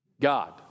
God